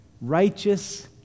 Righteous